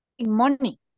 money